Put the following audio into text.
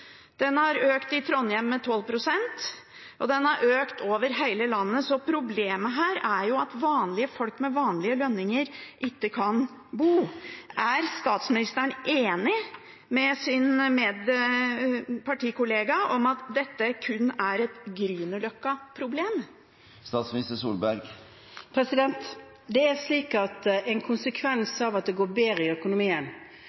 har økt i Trondheim med 12 pst., og de har økt over hele landet. Så problemet her er at vanlige folk med vanlige lønninger ikke kan bo. Er statsministeren enig med sin partikollega i at dette kun er et Grünerløkka-problem? En konsekvens av at det går bedre i økonomien, at